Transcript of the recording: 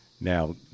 Now